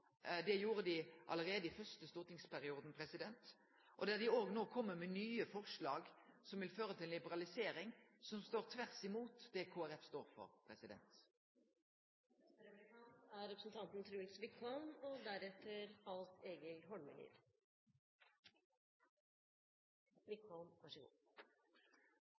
Det gjorde dei allereie i den første stortingsperioden. Der kjem det no nye forslag som vil føre til ei liberalisering som står tvert imot det Kristeleg Folkeparti står for.